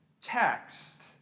text